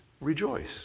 Rejoice